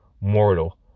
mortal